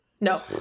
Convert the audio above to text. No